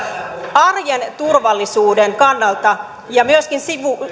arjen turvallisuuden kannalta ja myöskin